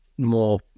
more